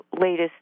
latest